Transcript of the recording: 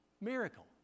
Miracle